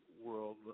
world